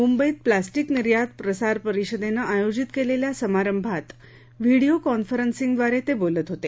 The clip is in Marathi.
मुंबईत प्लॉस्टिक निर्यात प्रसार परिषदेनं आयोजित केलेल्या समारभांत व्हिडिओ कॉन्फरन्सिंगव्वारे ते बोलत होते